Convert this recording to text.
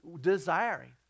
desiring